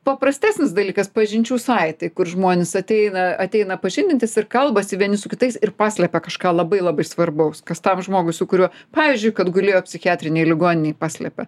paprastesnis dalykas pažinčių saitai kur žmonės ateina ateina pažindintis ir kalbasi vieni su kitais ir paslepia kažką labai labai svarbaus kas tam žmogui su kuriuo pavyzdžiui kad gulėjo psichiatrinėj ligoninėj paslepia